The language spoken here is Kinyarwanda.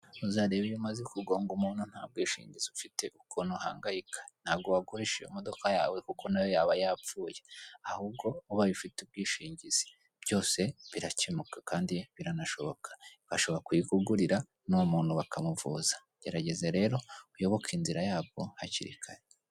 Uzareba iyo umaze kugonga umuntu nta bwishingizi ufite ukuntu uhangayika, ntabwo wagurisha iyo imodoka yawe kuko na yo yaba yapfuye. Ahubwo ubaye ufite ubwishingizi byose birakemuka, kandi biranashoboka. Bashobora kuyikugurira n'uwo muntu bakamuvuza. Gerageza rero uyoboke inzira ya bwo hakiri kare.